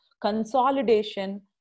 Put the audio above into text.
consolidation